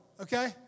okay